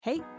Hey